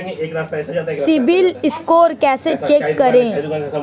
CIBIL score कैसे check करें?